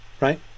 right